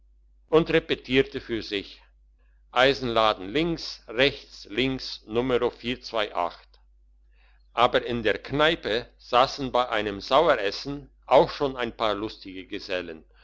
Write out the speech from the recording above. und repetierte für sich eisenladen links rechts links numero aber in der kneipe sassen bei einem saueressen auch schon ein paar lustige gesellen